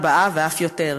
ארבעה ואף יותר,